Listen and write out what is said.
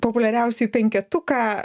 populiariausiųjų penketuką